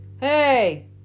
Hey